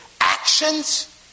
actions